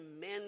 men